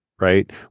right